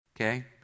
okay